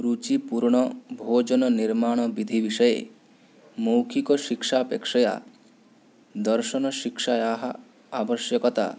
रुचिपूर्णभोजननिर्माणविधिविषये मौखिकशिक्षापेक्षया दर्शनशिक्षायाः आवश्यकता